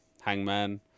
Hangman